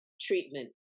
treatment